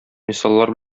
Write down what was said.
мисаллар